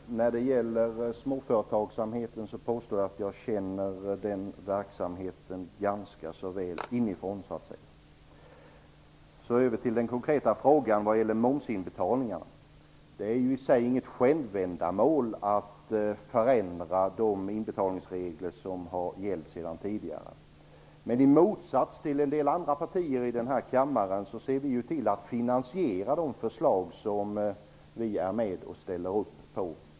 Fru talman! När det gäller småföretagsamheten vill jag påstå att jag känner den verksamheten ganska så väl inifrån. Så över till den konkreta frågan om momsinbetalningarna. Det är i sig inget självändamål att förändra de inbetalningsregler som har gällt sedan tidigare. I motsats till en del andra partier här i kammaren ser vi ju till att finansiera de förslag som vi ställer upp på.